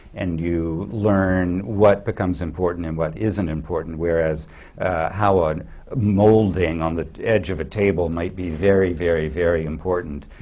and you learn what becomes important and what isn't important whereas how a molding on the edge of a table might be very, very, very important